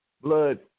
blood